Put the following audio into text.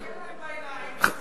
תסתכל להם בעיניים, אותם.